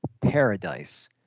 Paradise